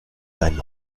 deinen